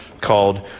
called